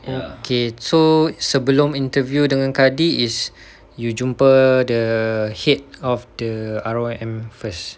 okay so so sebelum interview dengan kadi is you jumpa the head of the R_O_M first